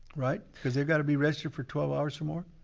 right? cause they gotta be rested for twelve hours or more?